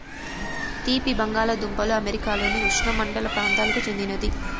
తీపి బంగాలదుంపలు అమెరికాలోని ఉష్ణమండల ప్రాంతాలకు చెందినది